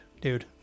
dude